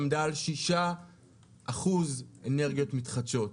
עמדה על שישה אחוזים אנרגיות מתחדשות,